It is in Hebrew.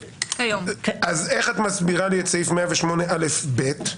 אז איך את מסבירה לי את סעיף 108א, ב?